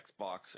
Xbox